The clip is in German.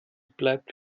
bleibt